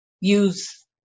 use